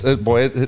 Boy